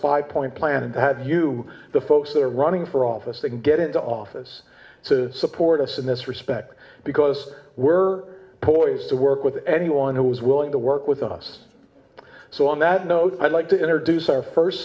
five point plan and you the folks that are running for office they can get into office to support us in this respect because we're poised to work with anyone who is willing to work with us so on that note i'd like to introduce our first